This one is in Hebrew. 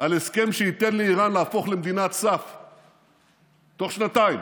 על הסכם שייתן לאיראן להפוך למדינת סף תוך שנתיים,